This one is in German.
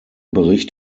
bericht